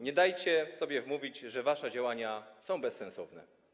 Nie dajcie sobie wmówić, że wasze działania są bezsensowne.